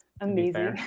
amazing